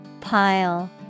Pile